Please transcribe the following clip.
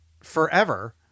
forever